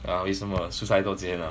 ah 为什么输太多钱 ah